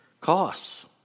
costs